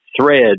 thread